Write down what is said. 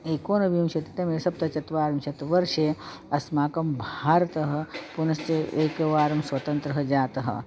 एकोनविंशतितमे सप्तचत्वारिंशत् वर्षे अस्माकं भारतः पुनश्च एकवारं स्वतन्त्रः जातः